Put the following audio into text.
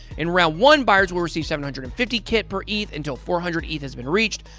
in round one, buyers will receive seven hundred and fifty kit per eth until four hundred eth has been reached.